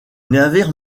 navires